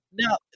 now